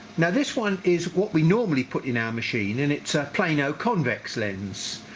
now this one is what we normally put in our machine and it's a plano convex lens.